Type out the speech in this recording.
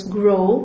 grow